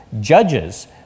judges